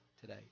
today